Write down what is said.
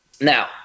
Now